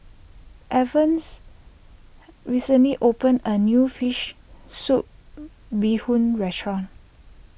Evans recently opened a new Fish Soup Bee Hoon restaurant